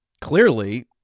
Clearly